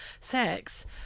sex